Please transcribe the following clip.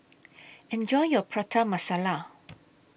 Enjoy your Prata Masala